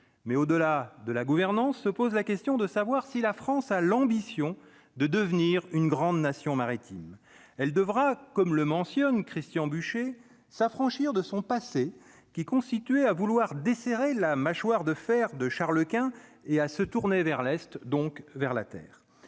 mais au-delà de la gouvernance, se pose la question de savoir si la France a l'ambition de devenir une grande nation maritime : elle devra comme le mentionne Christian Bûcher s'affranchir de son passé, qui constituait à vouloir desserrer la mâchoire de fer de Charles-Quint et à se tourner vers l'Est, donc vers la terre,